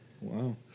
Wow